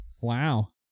Wow